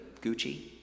Gucci